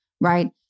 right